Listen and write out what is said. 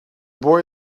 boy